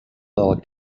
del